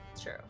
True